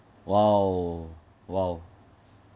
!wow! !wow!